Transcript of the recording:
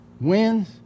wins